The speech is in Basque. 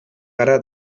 gara